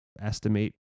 estimate